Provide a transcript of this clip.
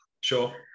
Sure